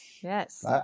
Yes